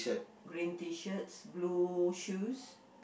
green T-shirts blue shoes